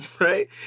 right